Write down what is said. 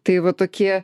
tai va tokie